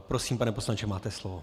Prosím, pane poslanče, máte slovo.